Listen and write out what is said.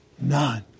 none